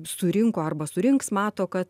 surinko arba surinks mato kad